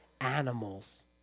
animals